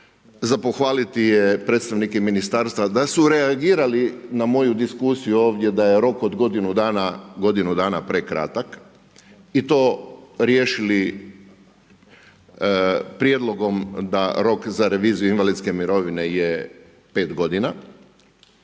za pohvaliti je predstavnike ministarstva da su reagirali na moju diskusiju ovdje da je rok od godinu dana prekratak i to riješili prijedlogom da rok za reviziju invalidske mirovine je 5 godina.